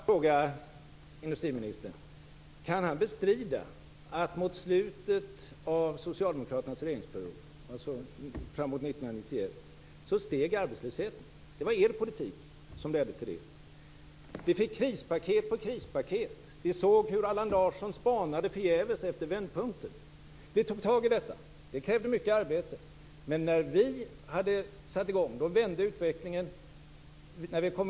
Fru talman! Kan industriministern bestrida att mot slutet av Socialdemokraternas regeringsperiod, dvs. framåt 1991, steg arbetslösheten? Det var er politik som ledde till det. Vi fick krispaket på krispaket. Vi såg hur Allan Larsson förgäves spanade efter vändpunkten. Vi tog tag i detta, och det krävde mycket arbete. När vi satte i gång vände utvecklingen.